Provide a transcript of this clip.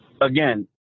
again